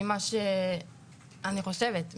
אני חושבת,